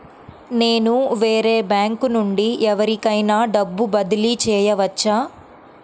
నేను వేరే బ్యాంకు నుండి ఎవరికైనా డబ్బు బదిలీ చేయవచ్చా?